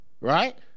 right